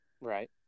Right